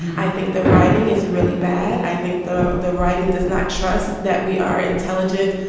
i think the writing is really bad. i think the the writing does not trust that we are intelligent,